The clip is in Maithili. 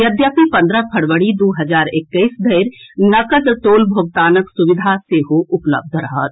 यद्यपि पन्द्रह फरवरी दू हजार एक्कैस धरि नकद टोल भोगतानक सुविधा सेहो उपलब्ध रहत